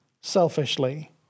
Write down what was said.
selfishly